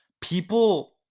People